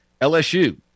LSU